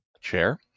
chair